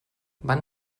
van